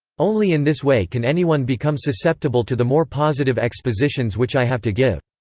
only in this way can anyone become susceptible to the more positive expositions which i have to give.